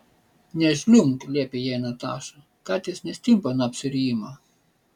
nežliumbk liepė jai nataša katės nestimpa nuo apsirijimo